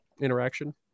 interaction